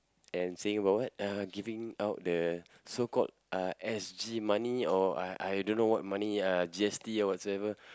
and saying about what uh giving out the so called uh S_G money or uh I don't know what money uh G_S_T or whatsoever